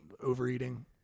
overeating